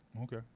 Okay